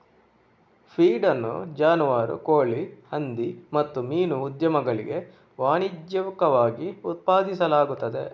feed ಅನ್ನು ಜಾನುವಾರು, ಕೋಳಿ, ಹಂದಿ ಮತ್ತು ಮೀನು ಉದ್ಯಮಗಳಿಗೆ ವಾಣಿಜ್ಯಿಕವಾಗಿ ಉತ್ಪಾದಿಸಲಾಗುತ್ತದೆ